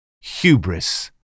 hubris